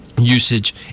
usage